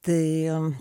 tai mums